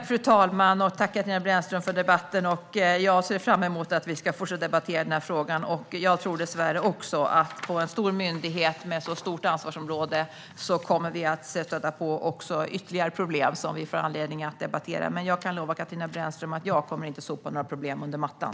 Fru talman! Jag tackar Katarina Brännström för debatten. Jag ser fram emot att vi ska fortsätta debattera denna fråga. Dessvärre tror även jag att vi kommer att stöta på ytterligare problem på en så stor myndighet med ett så stort ansvarsområde som vi får anledning att debattera. Men jag kan lova Katarina Brännström att jag inte kommer att sopa några problem under mattan.